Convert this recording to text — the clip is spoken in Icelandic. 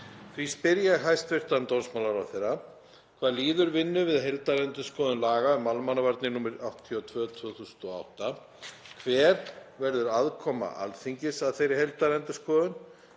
Því spyr ég hæstv. dómsmálaráðherra: Hvað líður vinnu við heildarendurskoðun laga um almannavarnir, nr. 82/2008? Hver verður aðkoma Alþingis að þeirri heildarendurskoðun?